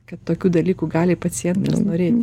kad tokių dalykų gali pacientas norėti